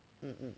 um um